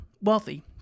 wealthy